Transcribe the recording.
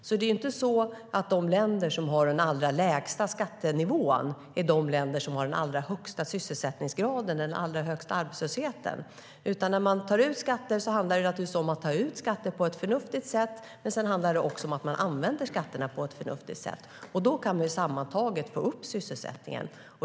Det är alltså inte så att de länder som har den allra lägsta skattenivån är de länder som har den allra högsta sysselsättningsgraden eller den allra lägsta arbetslösheten. När man tar ut skatter handlar det naturligtvis om att ta ut dem på ett förnuftigt sätt - och om att använda skatterna på ett förnuftigt sätt. Då kan vi sammantaget få upp sysselsättningen.